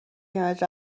کنارت